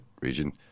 region